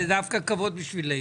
כבוד גדול בשבילנו.